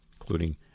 including